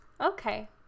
Okay